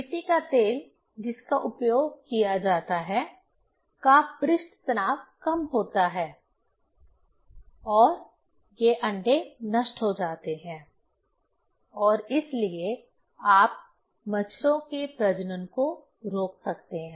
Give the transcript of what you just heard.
मिट्टी का तेल जिसका उपयोग किया जाता है का पृष्ठ तनाव कम होता है और ये अंडे नष्ट हो जाते हैं और इसलिए आप मच्छरों के प्रजनन को रोक सकते हैं